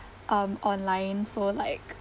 um online for like